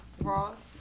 Ross